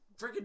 Freaking